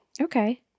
Okay